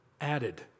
added